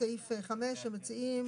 היא מציעה